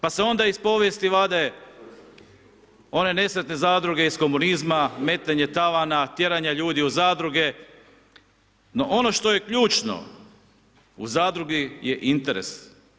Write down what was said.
Pa se onda iz povijesti vade one nesretne zadruge iz komunizma, metenje tavana, tjeranja ljudi u zadruge, no ono što je ključno u zadrugi, je interes.